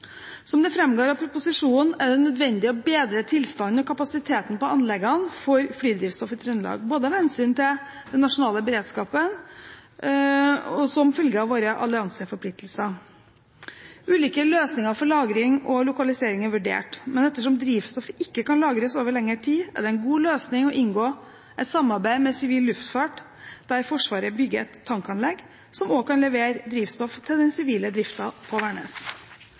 Som det framgår av proposisjonen, er det nødvendig å bedre tilstanden og kapasiteten til anleggene for flydrivstoff i Trøndelag, både av hensyn til den nasjonale beredskapen og som følge av våre allianseforpliktelser. Ulike løsninger for lagring og lokalisering er vurdert, men ettersom drivstoffet ikke kan lagres over lengre tid, er det en god løsning å inngå et samarbeid med sivil luftfart, der Forsvaret bygger et tankanlegg som også kan levere drivstoff til den sivile driften på